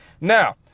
Now